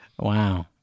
Wow